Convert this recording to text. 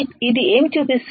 ఇది ఏమి చూపిస్తుంది